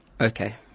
Okay